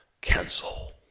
Cancel